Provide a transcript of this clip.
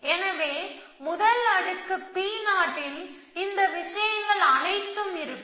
எனவே முதல் அடுக்கு P0 ல் இந்த விஷயங்கள் அனைத்தும் இருக்கும்